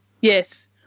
Yes